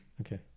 Okay